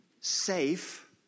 Safe